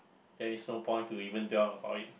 then is no point to even dwell about it